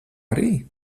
arī